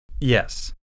Yes